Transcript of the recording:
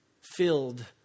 filled